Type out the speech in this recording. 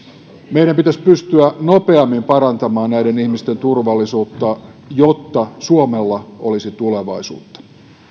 meidän pitäisi pystyä nopeammin parantamaan näiden ihmisten turvallisuutta jotta suomella olisi tulevaisuutta